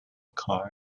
car